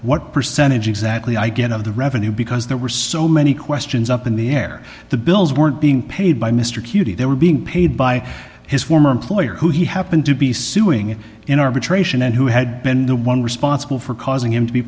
what percentage exactly i get of the revenue because there were so many questions up in the air the bills weren't being paid by mr cutie they were being paid by his former employer who he happened to be suing in arbitration and who had been the one responsible for causing him to be